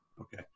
Okay